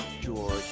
George